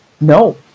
No